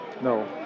No